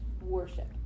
Worship